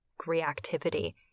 reactivity